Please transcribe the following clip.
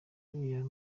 ayo